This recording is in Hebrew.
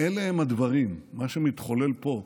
אלה הם הדברים, מה שמתחולל פה.